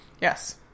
Yes